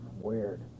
Weird